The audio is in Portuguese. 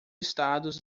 estados